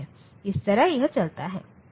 इस तरह यह चलता है